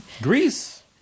Greece